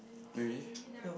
really